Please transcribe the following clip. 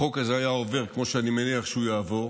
החוק הזה היה עובר כמו שאני מניח שהוא יעבור,